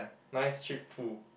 nice cheap full